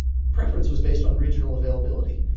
preference was based on regional availability.